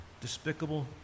despicable